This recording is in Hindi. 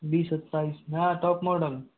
वी सत्ताईस नया टॉप मॉडल